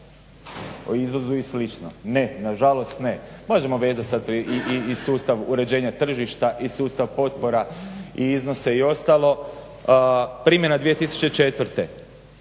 o izvozu i slično. Ne, nažalost ne. Možemo vezati sad i sustav uređenja tržišta i sustav potpora i iznose i ostalo. Primjena 2004.